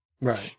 right